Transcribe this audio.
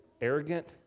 arrogant